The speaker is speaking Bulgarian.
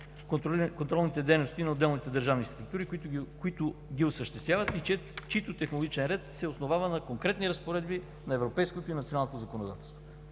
контролните дейности на отделните държавни структури, които ги осъществяват и чийто технологичен ред се основава на конкретни разпоредби на европейското и националното законодателство.